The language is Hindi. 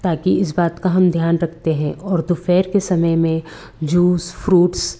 ताकि इस बात का हम ध्यान रखते हैं और दोफ्हर के समय में जूस फ्रूट्स